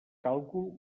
càlcul